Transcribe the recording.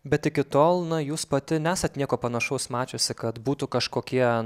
bet iki tol na jūs pati nesat nieko panašaus mačiusi kad būtų kažkokie